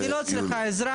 אני לא צריכה עזרה.